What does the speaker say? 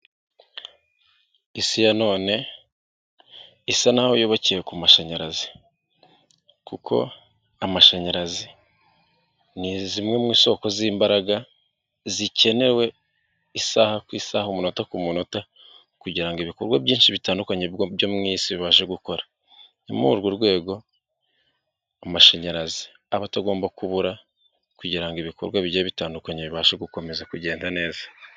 isi ya none isa n'aho yubakiye ku mashanyarazi kuko amashanyarazi ni zimwe mu isoko z'imbaraga zikenewe isaha ku isaha umunota ku munota kugira ngo ibikorwa byinshi bitandukanye byo mu isi bibashe gukora. Ni muri urwo rwego amashanyarazi aba atagomba kubura kugira ngo ibikorwa bigiye bitandukanye bibashe gukomeza kugenda neza.